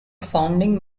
founding